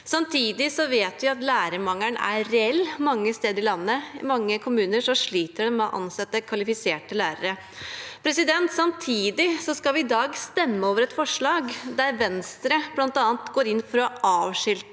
Samtidig vet vi at lærermangelen er reell mange steder i landet. I mange kommuner sliter man med å ansette kvalifiserte lærere. I dag skal vi stemme over et forslag der Venstre bl.a. går inn for å avskilte